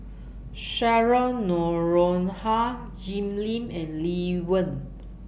Cheryl Noronha Jim Lim and Lee Wen